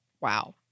Wow